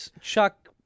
Chuck